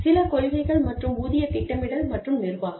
சில கொள்கைகள் மற்றும் ஊதிய திட்டமிடல் மற்றும் நிர்வாகம்